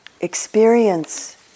experience